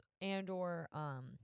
and/or